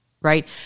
right